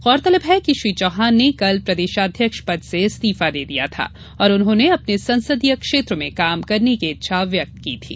गौरतलब है कि श्री चौहान ने कल प्रदेशाध्यक्ष पद से इस्तीफा दे दिया था और उन्होंने अपने संसदीय क्षेत्र में काम करने की इच्छा व्यक्त की थी